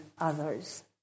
others